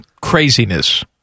craziness